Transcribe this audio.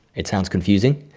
it sounds confusing,